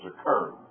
occurred